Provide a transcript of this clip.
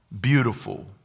beautiful